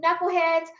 knuckleheads